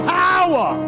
power